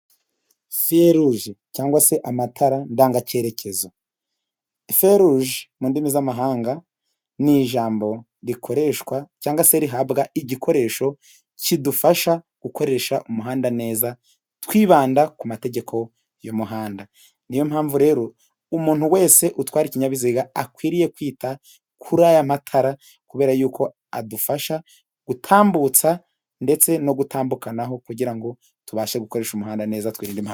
Feruje cyangwa se amatara ndanga cyerekezo, feruje mu ndimi z'amahanga, ni ijambo rikoreshwa cyangwa se rihabwa igikoresho kidufasha gukoresha umuhanda neza, twibanda ku mategeko y'umuhanda. Ni yo mpamvu rero umuntu wese utwara ikinyabiziga akwiriye kwita kuri aya matara, kubera yuko uko adufasha gutambutsa ndetse no gutandumbukanaho, kugira ngo tubashe gukoresha umuhanda neza twirinde impanuka.